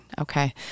okay